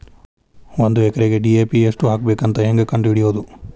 ಒಂದು ಎಕರೆಗೆ ಡಿ.ಎ.ಪಿ ಎಷ್ಟು ಹಾಕಬೇಕಂತ ಹೆಂಗೆ ಕಂಡು ಹಿಡಿಯುವುದು?